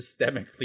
systemically